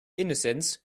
innocence